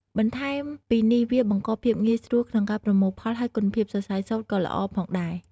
បន្ថែមពីនេះវាបង្កភាពងាយស្រួលក្នុងប្រមូលផល ហើយគុណភាពសរសៃសូត្រក៏ល្អផងដែរ។